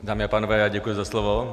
Dámy a pánové, děkuji za slovo.